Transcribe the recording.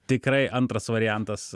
tikrai antras variantas